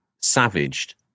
savaged